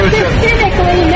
Systemically